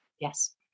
Yes